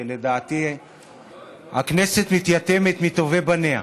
ולדעתי הכנסת מתייתמת מטובי בניה.